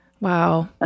Wow